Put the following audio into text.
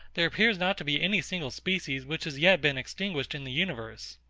there appears not to be any single species which has yet been extinguished in the universe.